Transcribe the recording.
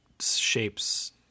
shapes